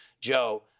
Joe